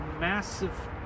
massive